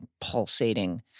pulsating